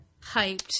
hyped